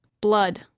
Blood